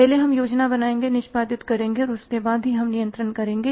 पहले हम योजना बनाएँगे निष्पादित करेंगे और उसके बाद ही हम नियंत्रण करेंगे